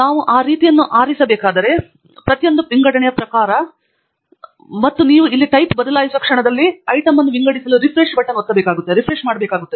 ನಾವು ಆ ರೀತಿಯನ್ನು ಆರಿಸಬೇಕಾದ ಪ್ರತಿಯೊಂದು ವಿಂಗಡಣೆಯ ಪ್ರಕಾರಕ್ಕೆ ಮತ್ತು ನೀವು ಇಲ್ಲಿ ಟೈಪ್ ಬದಲಾಯಿಸುವ ಕ್ಷಣದಲ್ಲಿ ಐಟಂ ಅನ್ನು ವಿಂಗಡಿಸಲು ರಿಫ್ರೆಶ್ ಮಾಡುತ್ತದೆ